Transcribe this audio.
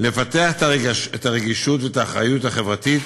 לפתח את הרגישות ואת האחריות החברתית,